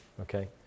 Okay